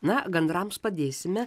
na gandrams padėsime